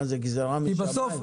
מה זו גזרה משמיים?